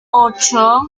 ocho